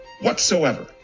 whatsoever